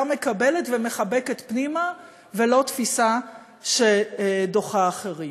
מקבלת ומחבקת פנימה ולא תפיסה שדוחה אחרים.